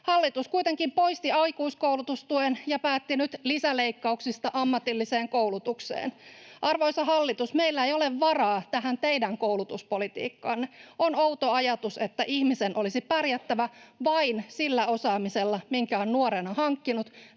Hallitus kuitenkin poisti aikuiskoulutustuen ja päätti nyt lisäleikkauksista ammatilliseen koulutukseen. Arvoisa hallitus, meillä ei ole varaa tähän teidän koulutuspolitiikkaanne. On outo ajatus, että ihmisen olisi pärjättävä vain sillä osaamisella, minkä on nuorena hankkinut.